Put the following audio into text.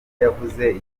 yavuze